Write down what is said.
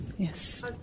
Yes